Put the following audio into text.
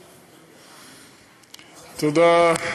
תודה,